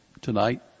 tonight